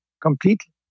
completely